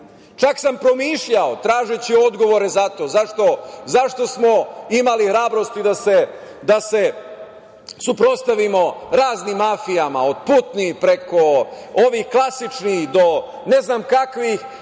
Čak sam promišljao tražeći odgovore za to zašto smo imali hrabrosti da se suprotstavimo raznim mafijama, od putnih, preko ovih klasičnih do ne znam kakvih,